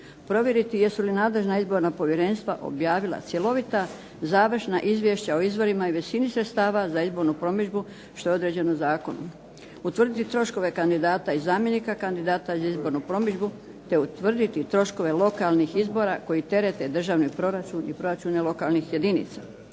provjeriti jesu li nadležna izborna povjerenstva objavila cjelovita završna izvješća o izvorima i visini sredstava za izbornu promidžbu što je određeno u zakonu, utvrditi troškove kandidata i zamjenika kandidata za izbornu promidžbu te utvrditi troškove lokalnih izbora koji terete državni proračun i proračune lokalnih jedinica.